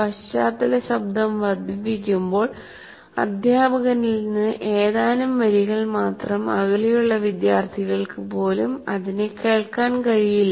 പശ്ചാത്തല ശബ്ദം വർദ്ധിപ്പിക്കുമ്പോൾ അധ്യാപകനിൽ നിന്ന് ഏതാനും വരികൾ മാത്രം അകലെയുള്ള വിദ്യാർത്ഥികൾക്ക് പോലും അധ്യാപകനെ കേൾക്കാൻ കഴിയില്ല